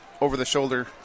over-the-shoulder